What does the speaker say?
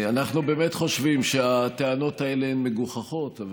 אנחנו באמת חושבים שהטענות האלה מגוחכות.